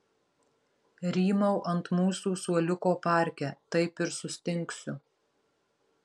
rymau ant mūsų suoliuko parke taip ir sustingsiu